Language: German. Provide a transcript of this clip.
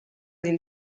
den